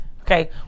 Okay